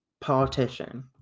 politician